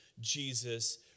Jesus